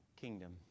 kingdom